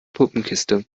puppenkiste